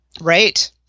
right